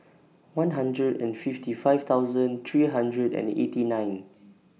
one hundred and fifty five thousand three hundred and eighty nine